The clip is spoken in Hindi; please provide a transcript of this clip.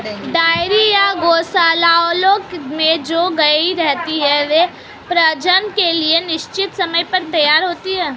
डेयरी या गोशालाओं में जो गायें रहती हैं, वे प्रजनन के लिए निश्चित समय पर तैयार होती हैं